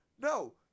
no